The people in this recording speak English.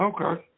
Okay